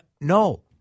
no